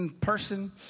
person